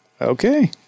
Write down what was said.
Okay